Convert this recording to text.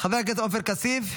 חבר הכנסת עופר כסיף.